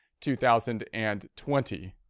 2020